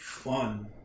Fun